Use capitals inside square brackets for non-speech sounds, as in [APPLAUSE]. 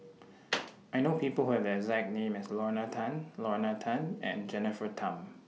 [NOISE] I know People Who Have The exact name as Lorna Tan Lorna Tan and Jennifer Tham